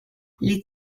les